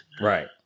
Right